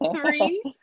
three